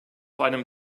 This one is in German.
einem